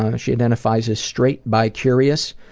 ah she identifies as straight bi-curious,